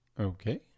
Okay